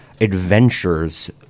adventures